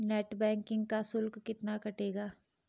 Net banking का शुल्क कितना कटेगा?